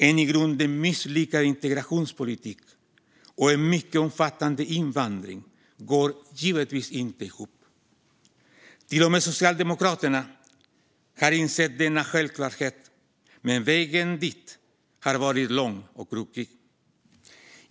En i grunden misslyckad integrationspolitik och en mycket omfattande invandring går givetvis inte ihop. Till och med Socialdemokraterna har insett denna självklarhet, men vägen dit har varit lång och krokig.